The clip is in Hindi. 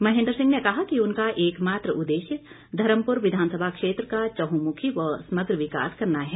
महेन्द्र सिंह ने कहा कि उनका एक मात्र उददेश्य धर्मपुर विधानसभा क्षेत्र का चहुंमुखी व समग्र विकास करना है